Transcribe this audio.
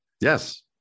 Yes